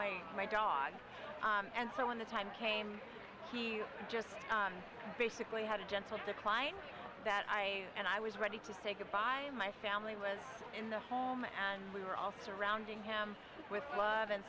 my my dog and so when the time came he just basically had a gentle decline that i and i was ready to say goodbye and my family was in the home and we were all surrounding him with work and